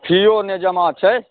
फिओ नहि जमा छै